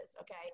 okay